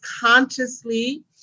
consciously